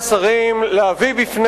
שר הביטחון,